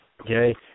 okay